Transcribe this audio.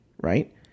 right